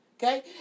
Okay